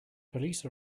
police